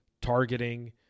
targeting